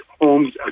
homes